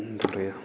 എന്താ പറയുക